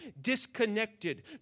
disconnected